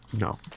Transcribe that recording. No